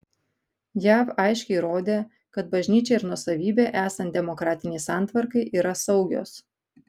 jav aiškiai rodė kad bažnyčia ir nuosavybė esant demokratinei santvarkai yra saugios